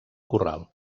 corral